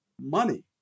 money